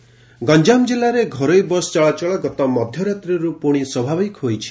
ବସ ଚଳାଚଳ ଗଞାମ ଜିଲ୍ଲାରେ ଘରୋଇ ବସ୍ ଚଳାଚଳ ଗତ ମଧ୍ଧରାତ୍ରିରୁ ପୁଶି ସ୍ୱାଭାବିକ ହୋଇଛି